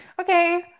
Okay